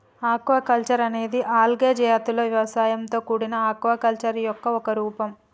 aquaculture అనేది algae జాతుల వ్యవసాయంతో కూడిన ఆక్వాకల్చర్ యొక్క ఒక రూపం